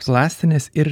plastinės ir